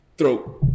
Throat